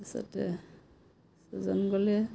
তাৰপিছতে ছজন গ'লে